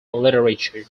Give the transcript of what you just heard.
literature